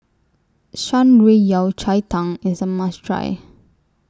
Shan Rui Yao Cai Tang IS A must Try